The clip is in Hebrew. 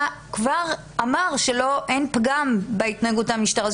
כבר אמר שאין פגם בהתנהגות המשטרה.